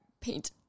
paint